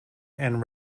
and